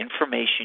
information